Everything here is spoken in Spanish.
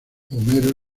homero